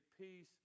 peace